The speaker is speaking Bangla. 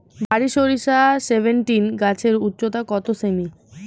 বারি সরিষা সেভেনটিন গাছের উচ্চতা কত সেমি?